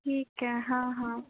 ठीक आहे हां हां